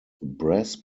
brass